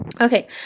okay